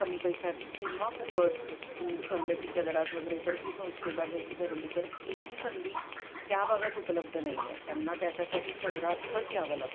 कमी पैशात किंवा फुकट सवलतीच्या दरात वगैरे जर ती सेवा घ्यायची ठरवली तर ती ही संधी त्या भागात उपलब्ध नाही आहे त्यांना त्याच्यासाठी शहरातच यावं लागतं